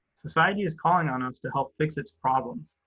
society is calling on us to help fix its problems.